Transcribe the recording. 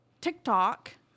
TikTok